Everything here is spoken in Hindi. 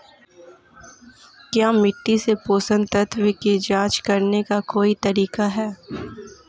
क्या मिट्टी से पोषक तत्व की जांच करने का कोई तरीका है?